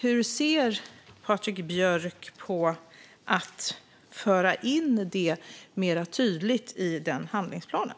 Hur ser Patrik Björck på att tydligare föra in detta i handlingsplanen?